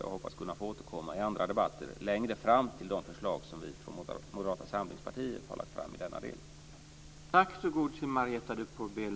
Jag hoppas att i andra debatter längre fram få återkomma till de förslag som vi från Moderata samlingspartiet har lagt fram i denna del.